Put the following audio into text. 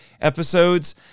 episodes